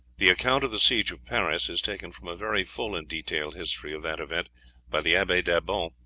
the account of the siege of paris is taken from a very full and detailed history of that event by the abbe d'abbon,